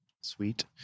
Sweet